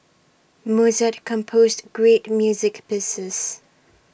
Mozart composed great music pieces